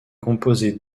composée